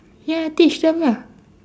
ya teach them lah